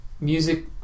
music